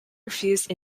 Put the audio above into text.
refused